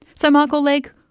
so michael legg,